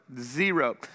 Zero